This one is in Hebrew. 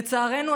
לצערנו,